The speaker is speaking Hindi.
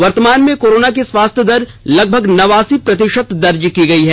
वर्तमान में कोरोना की स्वास्थ्य दर लगभग नवासी प्रति ात दर्ज की गई है